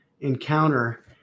encounter